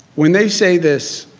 when they say this,